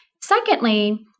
Secondly